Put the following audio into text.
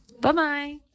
Bye-bye